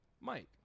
Mike